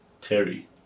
Terry